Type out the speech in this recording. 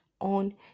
on